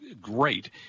great